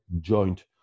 joint